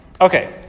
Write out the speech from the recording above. okay